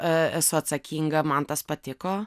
esu atsakinga man tas patiko